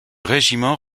régiment